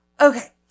Okay